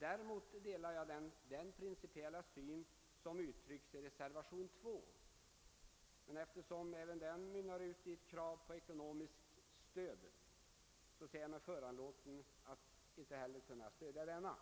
Däremot delar jag den principiella syn som uttrycks i reservationen 2, men eftersom även denna mynnar ut i ett krav på ekonomiskt stöd ser jag mig föranlåten att inte heller ge den min röst.